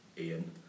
Ian